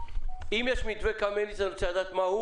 אם יש את מתווה קמיניץ אני רוצה לדעת מה הוא